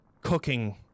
cooking